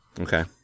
Okay